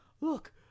Look